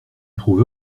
prouve